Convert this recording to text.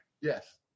Yes